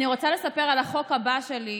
אני רוצה לספר על החוק הבא שלי,